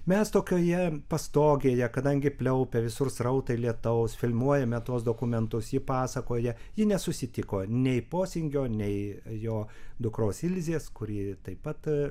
mes tokioje pastogėje kadangi pliaupia visur srautai lietaus filmuojame tuos dokumentus ji pasakoja ji nesusitiko nei posingio nei jo dukros ilzės kuri taip pat